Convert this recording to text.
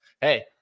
hey